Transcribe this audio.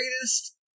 greatest